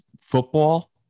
football